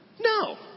No